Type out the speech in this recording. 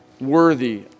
worthy